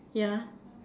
yeah